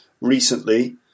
recently